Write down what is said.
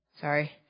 Sorry